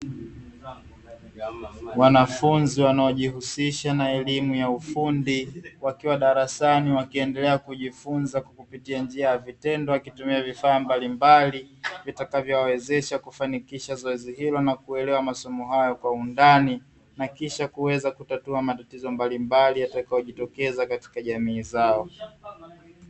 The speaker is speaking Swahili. Wanafunzi wanaojihusisha na elimu ya ufundi wakiwa darasani wakiendelea kujifunza kupitia njia ya vitendo, kwa kutumia vifaa mbalimbali vitakavyo wezesha kufanikishwa zoezi hili na kuelewa masomo hayo kwa undani na kisha kuweza kutatua matatizo mbalimbali yatakayo jitokeza katika jamii zao.